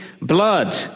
blood